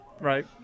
Right